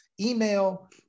email